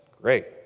Great